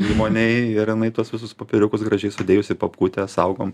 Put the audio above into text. įmonėj ir jinai tuos visus popieriukus gražiai sudėjus į papkutę saugom